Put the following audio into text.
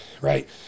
right